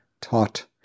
taught